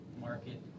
market